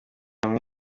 hamwe